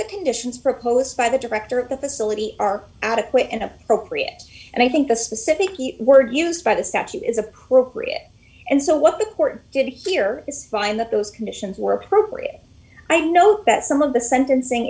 the conditions proposed by the director of the facility are adequate and appropriate and i think the specific word used by the statute is appropriate and so what the court did here is find that those conditions were appropriate i know that some of the sentencing